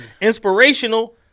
Inspirational